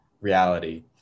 reality